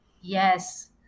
Yes